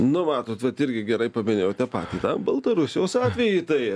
nu matot vat irgi gerai paminėjote patį tą baltarusijos atvejį tai